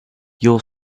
your